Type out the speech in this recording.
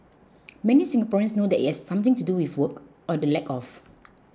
many Singaporeans know that it has something to do with work or the lack of